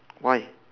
why